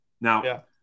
Now